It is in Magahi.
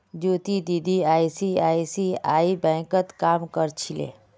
ज्योति दीदी आई.सी.आई.सी.आई बैंकत काम कर छिले